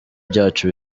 byacu